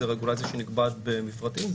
זה רגולציה שנקבעת במפרטים,